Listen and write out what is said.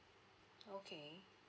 okay